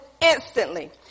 instantly